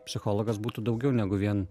psichologas būtų daugiau negu vien